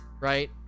right